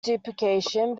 duplication